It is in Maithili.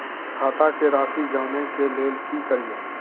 खाता के राशि जानय के लेल की करिए?